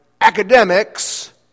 academics